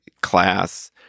Class